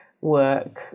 work